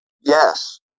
Yes